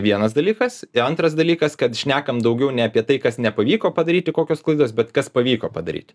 vienas dalykas antras dalykas kad šnekam daugiau ne apie tai kas nepavyko padaryti kokios klaidos bet kas pavyko padaryti